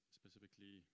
specifically